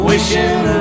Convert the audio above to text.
Wishing